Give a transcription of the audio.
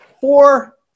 four